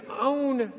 own